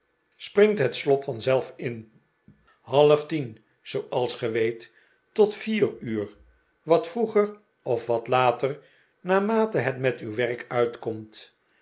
springt het slot vanzelf in halftien zooals ge weet tot vier uur wat vroeger of wat later naarmate het met uw werk uitkomt